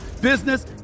business